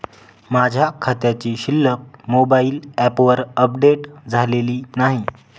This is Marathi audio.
माझ्या खात्याची शिल्लक मोबाइल ॲपवर अपडेट झालेली नाही